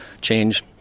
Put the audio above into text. change